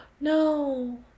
No